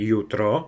Jutro